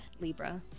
Libra